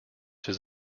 this